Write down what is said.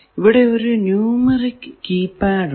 ഇവിടെ ഒരു numeric keypad ഉണ്ട്